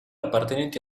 appartenenti